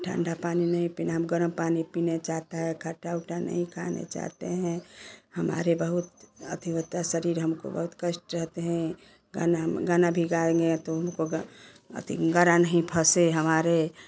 ठंडा पानी नहीं पीना हम गर्म पानी पीने चाहता है खट्टा उट्टा नहीं खाने नहीं खाने चाहते हैं हमारे बहुत अथि होता है शरीर हमको बहुत कष्ट रहते हैं गाना म गाना भी गाएँगे तो उनको गा अथि गारा नहीं फसे हमारे